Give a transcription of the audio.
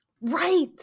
right